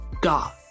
God